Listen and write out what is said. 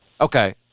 Okay